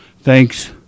thanks